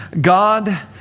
God